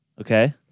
Okay